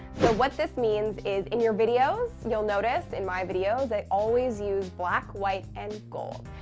what this means is, in your videos, you'll notice in my videos i always use black, white, and gold.